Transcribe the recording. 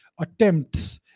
attempts